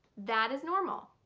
that is normal.